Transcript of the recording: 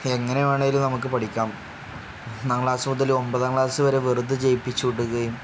എങ്ങനെ വേണമെങ്കിലും നമുക്ക് പഠിക്കാം ഒന്നാം ക്ലാസ് മുതൽ ഒമ്പതാം ക്ലാസ് വരെ വെറുതെ ജയിപ്പിച്ചു വിടുകയും